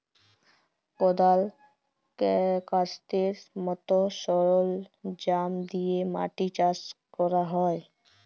কদাল, ক্যাস্তের মত সরলজাম দিয়ে মাটি চাষ ক্যরা হ্যয়